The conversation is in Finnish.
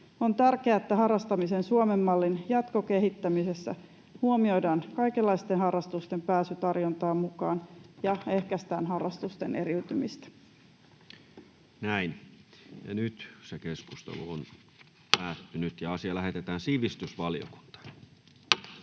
On tärkeää, että harrastamisen Suomen mallin jatkokehittämisessä huomioidaan kaikenlaisten harrastusten pääsy tarjontaan mukaan ja ehkäistään harrastusten eriytymistä. [Speech 241] Speaker: Toinen varapuhemies Juho